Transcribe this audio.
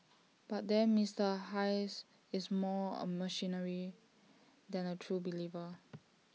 but then Mister Hayes is more A mercenary than A true believer